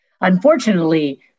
Unfortunately